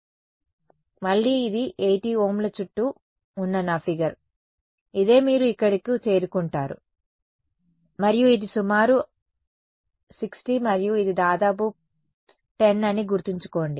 కాబట్టి మళ్లీ ఇది 80 ఓమ్ల చుట్టూ ఉన్న నా ఫిగర్ ఇదే మీరు ఇక్కడకు చేరుకుంటారు మరియు ఇది సుమారు 60 మరియు ఇది దాదాపు 10 అని గుర్తుంచుకోండి